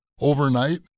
overnight